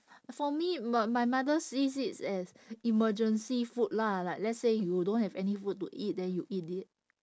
for me m~ my mother sees it as emergency food lah like let's say you don't have any food to it then you eat it